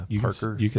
parker